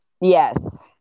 Yes